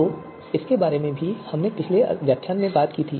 तो इसके बारे में भी हमने पिछले व्याख्यान में बात की थी